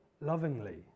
lovingly